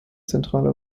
zentrale